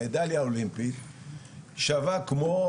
מדליה אולימפית שווה כמו,